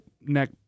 neck